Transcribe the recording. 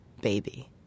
baby